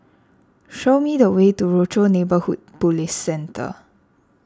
show me the way to Rochor Neighborhood Police Centre